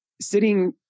sitting